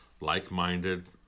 like-minded